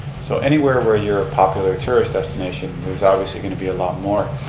so anywhere where you're a popular tourist destination there's obviously going to be a lot more.